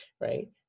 right